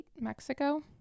Mexico